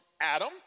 Adam